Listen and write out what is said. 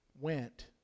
went